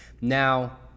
Now